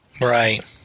Right